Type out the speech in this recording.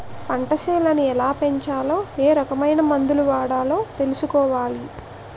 పంటసేలని ఎలాపెంచాలో ఏరకమైన మందులు వాడాలో తెలుసుకోవాలి